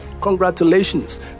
congratulations